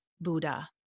Buddha